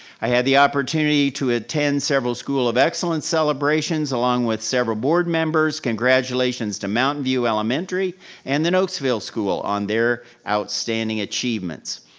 i had the opportunity to attend several school of excellence celebrations along with several board members, congratulations to mountain view elementary and the nokesville school on their outstanding achievements.